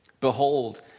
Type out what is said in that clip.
behold